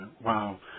Wow